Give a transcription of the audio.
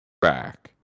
back